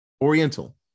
Oriental